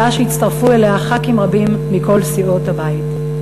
הצעה שהצטרפו אליה חברי כנסת רבים מכל סיעות הבית.